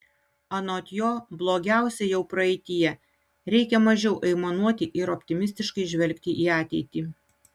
anot jo blogiausia jau praeityje reikia mažiau aimanuoti ir optimistiškai žvelgti į ateitį